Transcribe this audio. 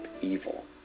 evil